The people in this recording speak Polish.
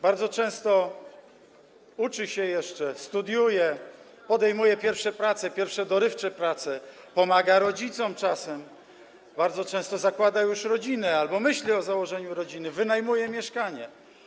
Bardzo często jeszcze się uczy, studiuje, podejmuje pierwsze prace, pierwsze dorywcze prace, czasem pomaga rodzicom, bardzo często zakłada już rodzinę albo myśli o założeniu rodziny, wynajmuje mieszkanie.